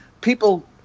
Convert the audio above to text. People